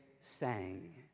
sang